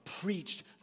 preached